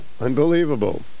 Unbelievable